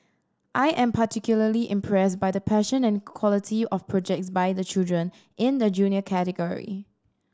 I am particularly impressed by the passion and quality of projects by the children in the Junior category